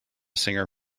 singer